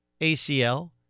ACL